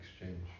exchange